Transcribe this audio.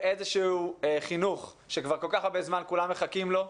איזשהו חינוך שכבר כל כך הרבה זמן כולם מחכים לו.